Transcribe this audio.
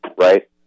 right